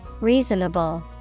Reasonable